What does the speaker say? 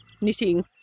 knitting